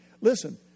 listen